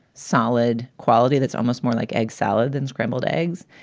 solid quality that's almost more like egg salad than scrambled eggs.